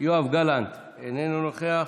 יואב גלנט, אינו נוכח,